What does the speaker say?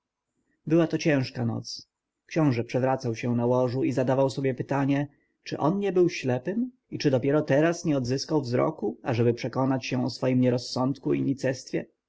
była to ciężka noc książę przewracał się na łożu i zadawał sobie pytanie czy on nie był ślepym i czy dopiero dzisiaj nie odzyskał wzroku ażeby przekonać się o swym nierozsądku i